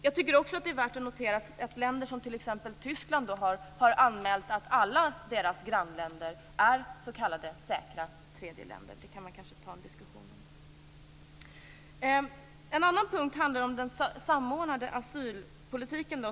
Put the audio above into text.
Jag tycker också att det är värt att notera att länder, t.ex. Tyskland, har anmält att alla deras grannländer är s.k. säkra tredjeländer. Det kan man kanske diskutera. En annan punkt handlar om den samordnade asylpolitiken.